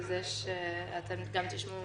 אתם תשמעו